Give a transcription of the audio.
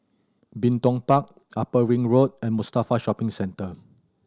Bin Tong Park Upper Ring Road and Mustafa Shopping Centre